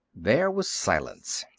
there was silence.